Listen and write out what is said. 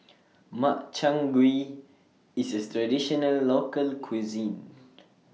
Makchang Gui IS A Traditional Local Cuisine